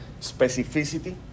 specificity